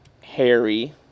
Harry